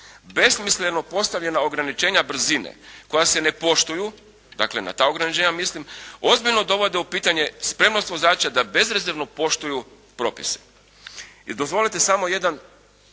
besmisleno postavljena ograničenja brzine koja se ne poštuju, dakle, na ta ograničenja mislim, ozbiljno dovode u pitanje spremnost vozača da bezrezervno poštuju propise. I dozvolite samo jedan